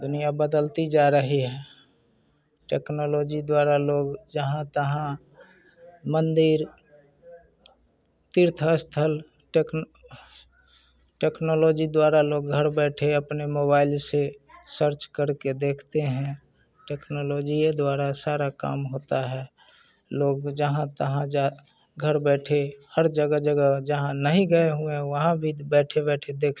दुनिया बदलती जा रही है टेक्नोलॉजी द्वारा लोग जहाँ तहाँ मंदिर तीर्थ स्थल टेक टेक्नोलॉजी द्वारा लोग घर बैठे अपने मोबाइल से सर्च करके देखते हैं टेक्नोलॉजी ये द्वारा सारा काम होता है लोग जहाँ तहाँ जा घर बैठे हर जगह जगह जहाँ नहीं गए हुए हैं वहाँ भी बैठे बैठे देख